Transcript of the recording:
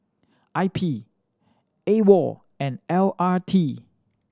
I P AWOL and L R T